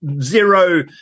zero